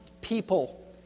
people